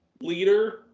leader